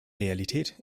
realität